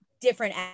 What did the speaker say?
different